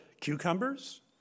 cucumbers